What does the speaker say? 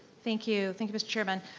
thank you, thank you, mr. chairman.